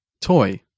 Toy